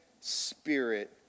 spirit